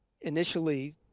initially